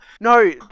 No